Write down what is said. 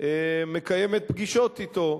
מקיימת פגישות אתו.